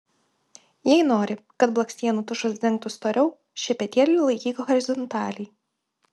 jei nori kad blakstienų tušas dengtų storiau šepetėlį laikyk horizontaliai